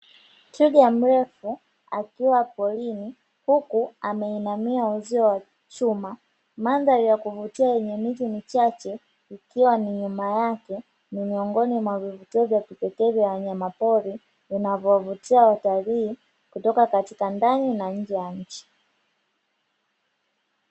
Twiga mrefu akiwa porini huku ameinamia uzio wa chuma , mandhari ya kuvutia yenye miti michache ikiwa ni nyuma yake ni miongoni mwa vivutio vya kipekee vya wanyama pori vinavyo wavutia watalii kotoka katika ndani na nje ya nchi.